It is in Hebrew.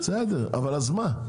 אז מה?